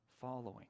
following